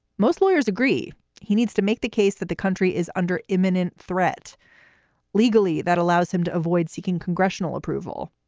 most lawyers agree he needs to make the case that the country is under imminent threat legally. that allows him to avoid seeking congressional approval.